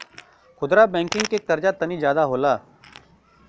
खुदरा बैंकिंग के कर्जा तनी जादा होला